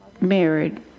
married